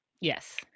Yes